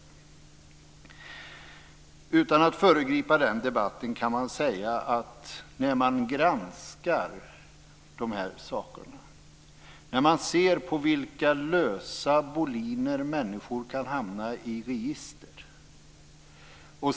Jag vill inte föregripa denna debatt. Men när man granskar dessa frågor, ser man på vilka lösa boliner människor hamnar i register.